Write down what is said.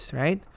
right